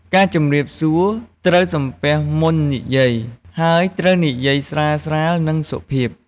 ការជម្រាបសួរ ត្រូវសំពះមុននិយាយ ហើយត្រូវនិយាយស្រាលៗ និងសុភាព។